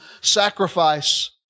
sacrifice